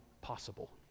possible